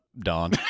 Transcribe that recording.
Don